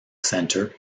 center